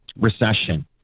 recession